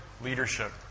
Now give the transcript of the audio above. leadership